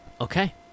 Okay